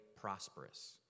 prosperous